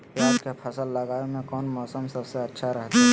प्याज के फसल लगावे में कौन मौसम सबसे अच्छा रहतय?